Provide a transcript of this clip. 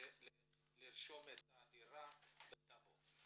לרשום את הדירה בטאבו.